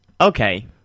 okay